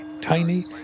tiny